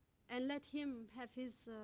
and let him have his